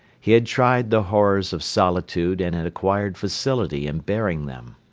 he had tried the horrors of solitude and had acquired facility in bearing them.